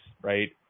right